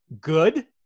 good